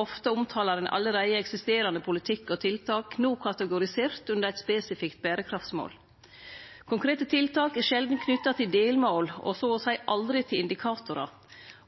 Ofte omtalar ein allereie eksisterande politikk og tiltak, no kategorisert under eit spesifikt berekraftsmål. Konkrete tiltak er sjeldan knytte til delmål og så å seie aldri til indikatorar,